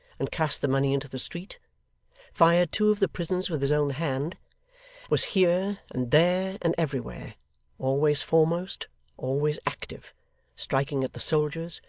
and cast the money into the street fired two of the prisons with his own hand was here, and there, and everywhere always foremost always active striking at the soldiers,